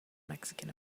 mexican